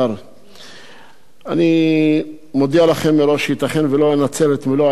אני מודיע לכם מראש שייתכן שלא אנצל את מלוא עשר הדקות העומדות לרשותי,